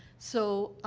so,